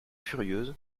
furieuses